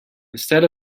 instead